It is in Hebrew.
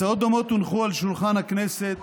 הצעות דומות הונחו על שולחן הכנסת